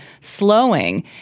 slowing